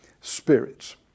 Spirits